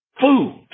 food